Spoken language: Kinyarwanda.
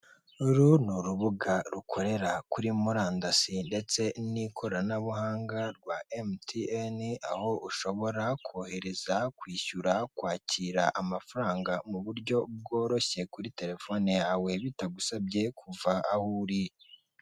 Uru ni urubuga rukorera kuri murandasi, ndetse n'ikoranabuhanga rwa emutiyeni, aho ushobora kohereza, kwishyura, kwakira amafaranga mu buryo bworoshye kuri terefone yawe, bitagusabye kuva aho uri.